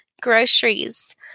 groceries